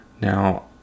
Now